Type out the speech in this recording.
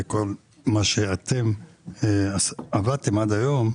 כל מה שעבדתם עד היום,